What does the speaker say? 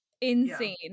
insane